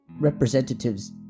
representatives